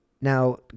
Now